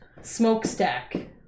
smokestack